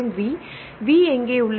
V எங்கே உள்ளது